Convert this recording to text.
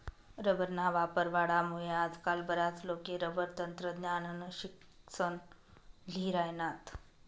रबरना वापर वाढामुये आजकाल बराच लोके रबर तंत्रज्ञाननं शिक्सन ल्ही राहिनात